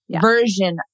version